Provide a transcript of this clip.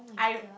I